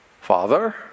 Father